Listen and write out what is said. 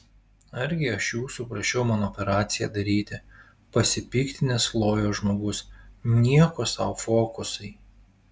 argi aš jūsų prašiau man operaciją daryti pasipiktinęs lojo žmogus nieko sau fokusai